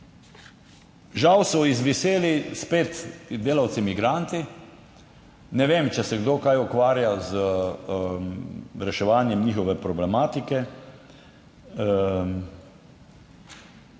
Žal so izviseli spet delavci migranti, ne vem, če se kdo kaj ukvarja z reševanjem njihove problematike.